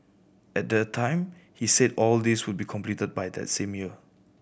at the time he said all these would be completed by that same year